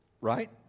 right